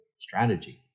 strategy